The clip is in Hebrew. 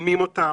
משקמים אותם,